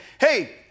hey